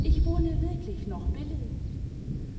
ich wohne wirklich noch billig